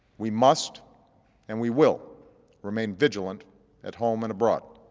we must and we will remain vigilant at home and abroad.